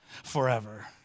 Forever